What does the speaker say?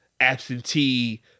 absentee